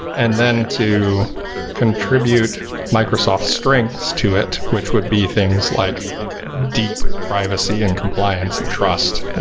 and then to contribute microsoft's strengths to it, which would be things like deep privacy and compliance and trust,